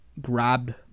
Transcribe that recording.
grabbed